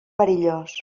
perillós